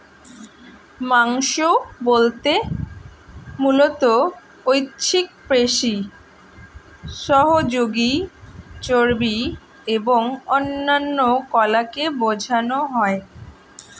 মাংস বলতে মূলত ঐচ্ছিক পেশি, সহযোগী চর্বি এবং অন্যান্য কলাকে বোঝানো হয়